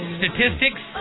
statistics